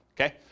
Okay